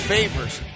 Favors